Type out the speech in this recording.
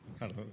Hello